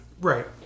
Right